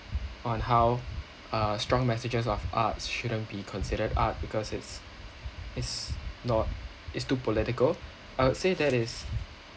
on how uh strong messages of arts shouldn't be considered art because it's it's not it's too political I would say that is